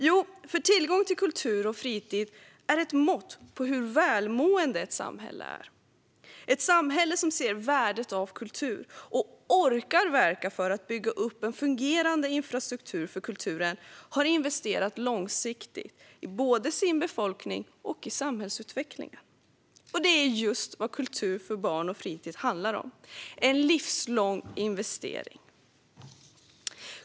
Jo, för tillgång till kultur och fritid är ett mått på hur välmående ett samhälle är. Ett samhälle som ser värdet av kultur och orkar verka för att bygga upp en fungerande infrastruktur för kulturen har investerat långsiktigt både i sin befolkning och i samhällsutvecklingen. Det är just vad kultur och fritid för barn och unga handlar om: en livslång investering.